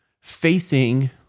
facing